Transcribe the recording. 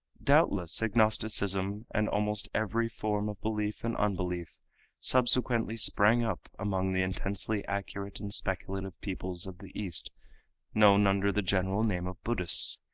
doubtless agnosticism and almost every form of belief and unbelief subsequently sprang up among the intensely acute and speculative peoples of the east known under the general name of buddhists,